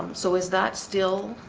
so, is that still?